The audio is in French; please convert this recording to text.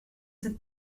cette